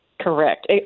Correct